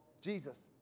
Jesus